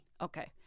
Okay